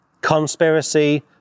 conspiracy